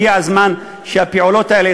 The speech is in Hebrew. הגיע הזמן שהפעולות האלה,